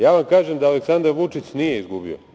Ja vam kažem da Aleksandar Vučić nije izgubio.